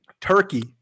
Turkey